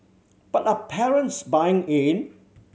but are parents buying in